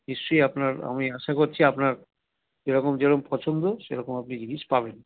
নিশ্চয়ই আপনার আমি আশা করছি আপনার যেরকম যেরকম পছন্দ সেরকম আপনি জিনিস পাবেন